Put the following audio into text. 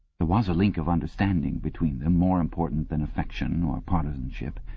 there was a link of understanding between them, more important than affection or partisanship.